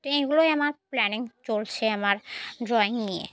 তো এগুলোই আমার প্ল্যানিং চলছে আমার ড্রয়িং নিয়ে